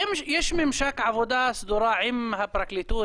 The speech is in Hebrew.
יש ממשק עבודה סדורה עם הפרקליטות,